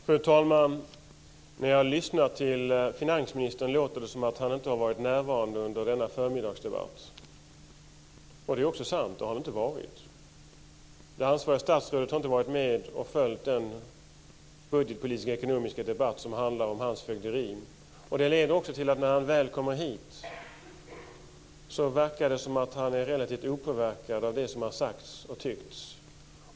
Fru talman! När jag har lyssnat till finansministern tycker jag att det låter som om han inte har varit närvarande under denna förmiddags debatt. Det är också sant. Det har han inte varit. Det ansvariga statsrådet har inte följt den budgetpolitiska och ekonomiska debatt som handlar om hans fögderi. Det leder också till att när han väl kommer hit verkar det som om han är relativt opåverkad av det som har sagts och tyckts.